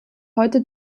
heute